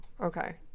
okay